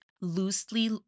loosely